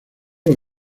los